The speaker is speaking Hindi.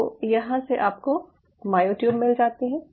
तो यहाँ से आपको मायोट्यूब मिल जाती हैं